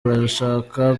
burashaka